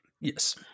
Yes